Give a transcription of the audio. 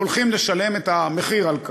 הולכים לשלם את המחיר על כך.